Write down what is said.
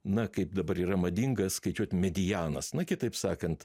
na kaip dabar yra madinga skaičiuot medianas na kitaip sakant